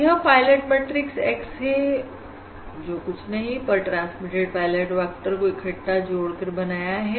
यह pilot matrix X है जो कि कुछ नहीं पर ट्रांसमिटेड पायलट वेक्टर को इकट्ठा जोड़कर बनाया है